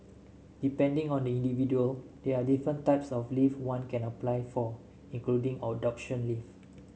depending on the individual there are different types of leave one can apply for including adoption leave